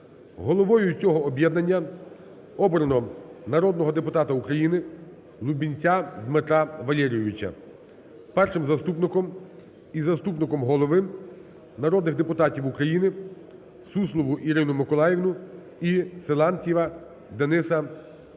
Головою цього об'єднання обрано народного депутата України Лубінця Дмитра Валерійовича. Першим заступником і заступником голови – народних депутатів України Суслову Ірину Миколаївну і Силантьєва Дениса Олеговича.